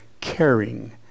caring